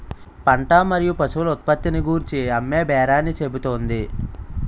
పంట మరియు పశువుల ఉత్పత్తిని గూర్చి అమ్మేబేరాన్ని చెబుతుంది